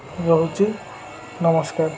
ରହୁଛି ନମସ୍କାର